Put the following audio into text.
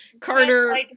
Carter